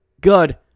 Good